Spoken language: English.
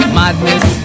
madness